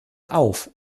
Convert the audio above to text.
auf